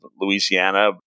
Louisiana